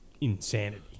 insanity